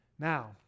Now